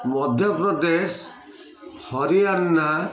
Haryana